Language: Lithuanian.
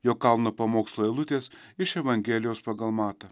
jo kalno pamokslo eilutės iš evangelijos pagal matą